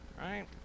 right